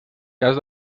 cas